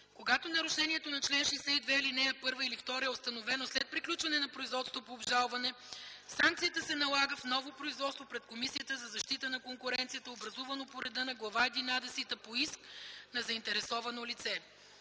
Когато нарушението на чл. 62, ал. 1 или 2 е установено след приключване на производството по обжалването, санкцията се налага в ново производство пред Комисията за защита на конкуренцията, образувано по реда на глава единадесета по иск на заинтересовано лице.